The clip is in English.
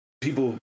people